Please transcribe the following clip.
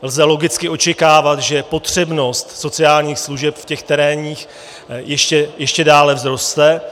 Lze logicky očekávat, že potřebnost sociálních služeb těch terénních ještě dále vzroste.